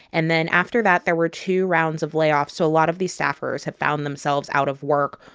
and then after that, there were two rounds of layoffs. so a lot of these staffers have found themselves out of work.